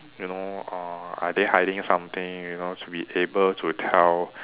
you know uh are they hiding something should be able to tell